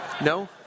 No